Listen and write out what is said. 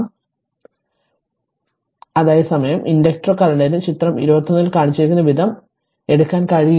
ഞാൻ അതിലേക്ക് വരും അതേസമയം ഇൻഡക്റ്റർ കറന്റിന് ചിത്രം 21 ൽ കാണിച്ചിരിക്കുന്ന വിധം എടുക്കാൻ കഴിയില്ല